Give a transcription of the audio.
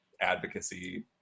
advocacy